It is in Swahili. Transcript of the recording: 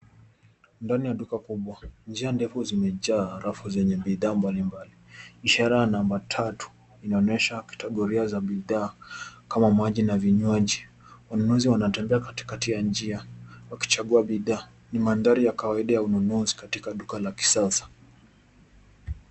Ndani ya duka kubwa. Njia ndefu zimejaa rafu zenye bidhaa mbalimbali. Ishara namba tatu. Inaonyesha kategoria za bidhaa kama maji na vinyuaji. Wanunuzi wanatembea katikati ya njia wakichagua bidhaa. Ni mandhari ya kawaida ya ununuzi katika duka la kisasa.